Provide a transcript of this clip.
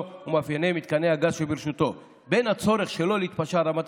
ומאפייני מתקני הגז שברשותו ובין הצורך שלא להתפשר על רמת